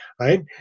right